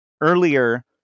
earlier